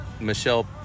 Michelle